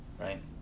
Right